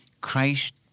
Christ